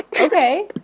okay